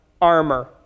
armor